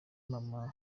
mama